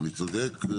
אני צודק?